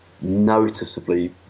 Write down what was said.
noticeably